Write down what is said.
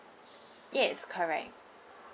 yes correct